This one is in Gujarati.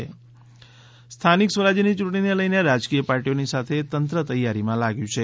યૂંટણી તૈયારીઓ સ્થાનિક સ્વરાજ્યની યૂંટણીને લઈને રાજકીય પાર્ટીઓની સાથે તંત્ર તૈયારીમાં લાગ્યું છે